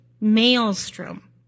maelstrom